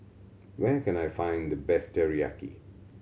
where can I find the best Teriyaki